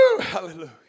Hallelujah